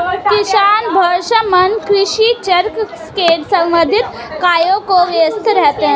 किसान वर्षभर कृषि चक्र से संबंधित कार्यों में व्यस्त रहते हैं